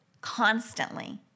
constantly